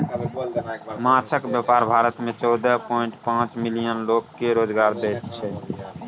माछक बेपार भारत मे चौदह पांइट पाँच मिलियन लोक केँ रोजगार दैत छै